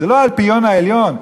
זה לא האלפיון העליון,